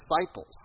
disciples